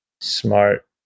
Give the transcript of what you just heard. smart